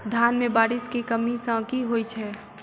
धान मे बारिश केँ कमी सँ की होइ छै?